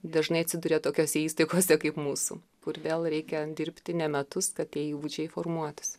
dažnai atsiduria tokiose įstaigose kaip mūsų kur vėl reikia dirbti ne metus kad tie įgūdžiai formuotųsi